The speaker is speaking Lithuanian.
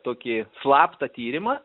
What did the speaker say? tokį slaptą tyrimą